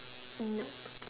nope